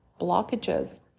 blockages